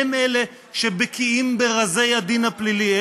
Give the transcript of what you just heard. הם אלה שבקיאים ברזי הדין הפלילי,